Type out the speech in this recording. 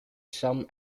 some